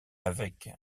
avec